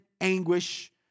anguish